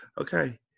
okay